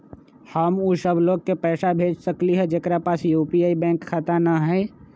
हम उ सब लोग के पैसा भेज सकली ह जेकरा पास यू.पी.आई बैंक खाता न हई?